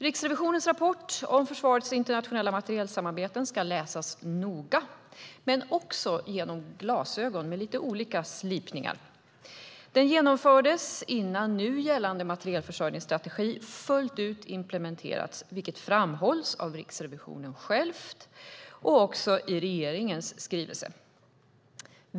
Riksrevisionens rapport om försvarets internationella materielsamarbeten ska läsas noga men också genom glasögon med lite olika slipningar. Den genomfördes innan nu gällande materielförsörjningsstrategi hade implementerats fullt ut, vilket framhålls av Riksrevisionen själv och även i regeringens skrivelse.